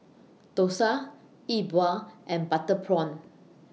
Dosa Yi Bua and Butter Prawn